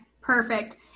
perfect